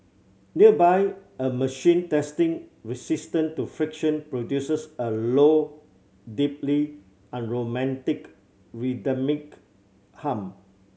nearby a machine testing resistance to friction produces a low deeply unromantic rhythmic hum